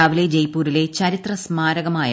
രാവിലെ ജയ്പൂരിലെ ചരിത്രസ്മാരകമായ